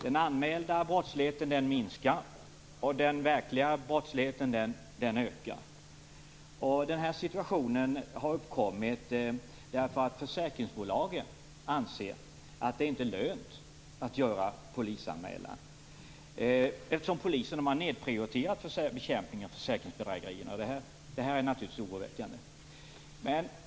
Den anmälda brottsligheten minskar medan den verkliga brottsligheten ökar. Den situationen har uppkommit därför att försäkringsbolagen anser att det inte lönar sig att göra polisanmälan, eftersom polisen har nedprioriterat bekämpningen av försäkringsbedrägerier. Detta är naturligtvis oroväckande.